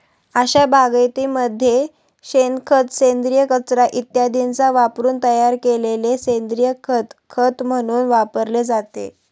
अशा बागायतीमध्ये शेणखत, सेंद्रिय कचरा इत्यादींचा वापरून तयार केलेले सेंद्रिय खत खत म्हणून वापरले जाते